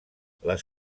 les